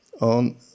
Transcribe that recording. On